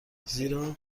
زیرا